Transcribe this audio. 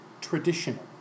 traditional